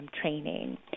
training